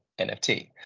NFT